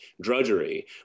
drudgery